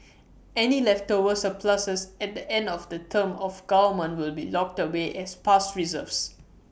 any leftover surpluses at the end of the term of government will be locked away as past reserves